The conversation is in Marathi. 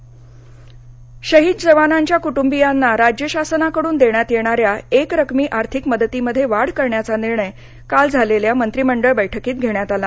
मंत्रीमंडळ निर्णय शहीद जवानांच्या कृटुंबीयांना राज्य शासनाकडुन देण्यात येणाऱ्या एकरकमी आर्थिक मदतीमध्ये वाढ करण्याचा निर्णय काल झालेल्या मंत्रिमंडळ बैठकीत घेण्यात आला